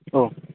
औ